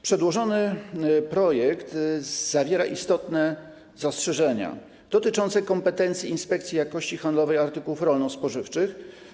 Przedłożony projekt budzi istotne zastrzeżenia dotyczące kompetencji Inspekcji Jakości Handlowej Artykułów Rolno-Spożywczych.